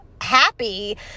happy